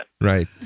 Right